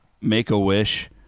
Make-A-Wish